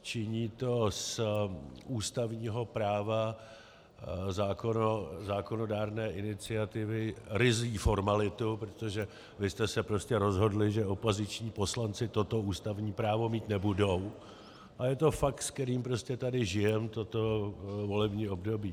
Činí to z ústavního práva zákonodárné iniciativy ryzí formalitu, protože vy jste se prostě rozhodli, že opoziční poslanci toto ústavní právo mít nebudou, a je to fakt, se kterým prostě tady žijeme toto volební období.